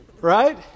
Right